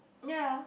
ya